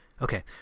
Okay